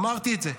אמרתי את זה.